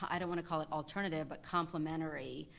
i don't wanna call it alternative, but complementary,